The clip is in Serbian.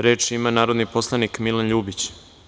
Reč ima narodni poslanik Milan Ljubić.